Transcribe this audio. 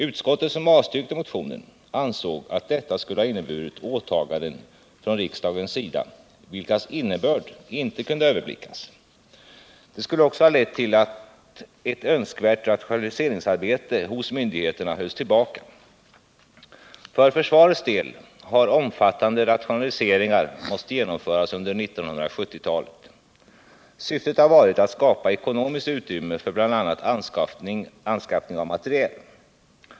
Utskottet, som avstyrkte motionen, ansåg att detta skulle ha inneburit åtaganden från riksdagens sida, vilkas innebörd inte kunde överblickas. Det skulle också ha lett till att ett önskvärt rationaliseringsarbete hos myndigheterna hölls tillbaka. För försvarets del har omfattande rationaliseringar måst genomföras under 1970-talet. Syftet har varit att skapa ekonomiskt utrymme för bl.a. anskaffning av materiel.